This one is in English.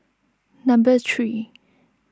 number three